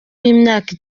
y’imyaka